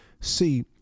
See